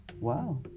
Wow